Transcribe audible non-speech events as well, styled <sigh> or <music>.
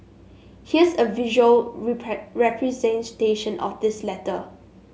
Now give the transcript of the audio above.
here's a visual <unintelligible> representation of his letter